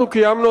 אנחנו קיימנו,